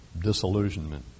disillusionment